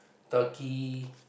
Turkey